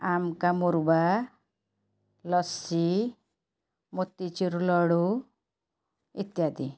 ଆମକାମୁରବା ଲସି ମୋତିଚୁରୁ ଲଡ଼ୁ ଇତ୍ୟାଦି